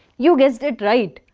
you guessed it right.